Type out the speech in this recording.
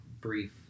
brief